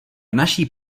naší